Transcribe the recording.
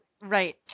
right